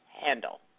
handle